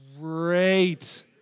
great